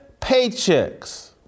paychecks